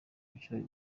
ibiciro